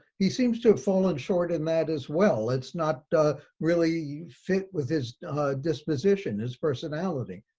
he seems to have fallen short in that as well. it's not really fit with his disposition, his personality.